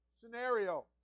scenario